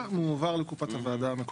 לכן, אני חושב שאפשר להגיע להבנות האלה.